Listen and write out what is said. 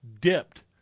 dipped